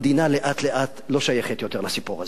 המדינה לאט-לאט לא שייכת יותר לסיפור הזה,